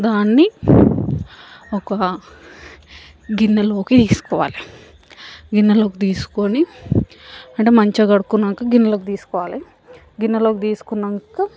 దాన్ని ఒక గిన్నెలోకి తీసుకోవాలి గిన్నెలోకి తీసుకుని అంటే మంచిగా కడుక్కున్నాకా గిన్నెలోకి తీసుకోవాలి గిన్నెలోకి తీసుకున్నాక